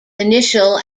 initial